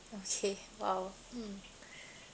okay !wow! mm